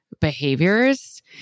behaviors